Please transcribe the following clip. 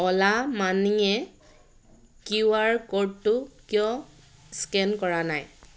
অ'লা মানিয়ে Q R ক'ডটো কিয় স্কেন কৰা নাই